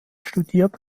studierte